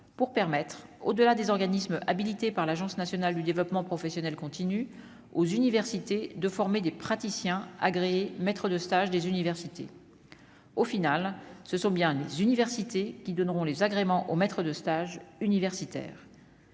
pour permettre au delà des organismes habilités par l'Agence nationale du développement professionnel continu aux universités de former des praticiens agréés maître de stage, des universités au final, ce sont bien les universités qui donneront les agréments au maître de stage, universitaire.